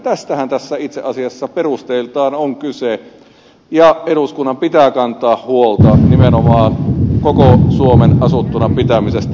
tästähän tässä itse asiassa perusteiltaan on kyse ja eduskunnan pitää kantaa huolta nimenomaan koko suomen asuttuna pitämisestä